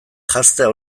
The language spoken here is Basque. janztea